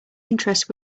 interest